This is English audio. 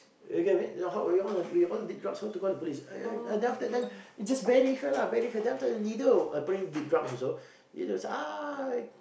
you get what I mean we all on we all on deep drugs how to call the police then after that then we just bury her lah bury her then after that then the leader apparently did drugs also the leader was like ah